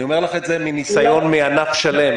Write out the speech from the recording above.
אני אומר לך את זה מניסיון מענף שלם.